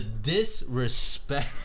disrespect